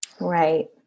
Right